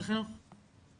משרד החינוך או הרווחה?